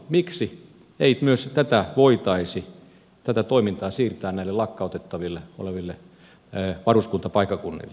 miksi ei myös voitaisi tätä toimintaa siirtää näille lakkautettaville varuskuntapaikkakunnille